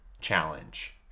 challenge